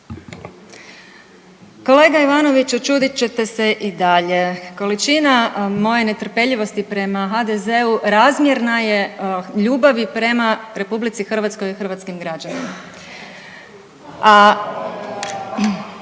Kolega Ivanoviću čudit ćete i dalje. Količina moje netrpeljivosti prema HDZ-u razmjerna ljubavi prema RH i hrvatskim građanima. A